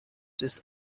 this